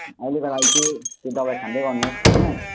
अहिलेको लागि चाहिँ त्यो दबाई खाँदै गर्नु होइन